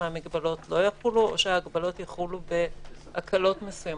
מההגבלות לא יחולו או שההגבלות יחולו בהקלות מסוימות.